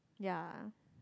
ya